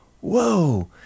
whoa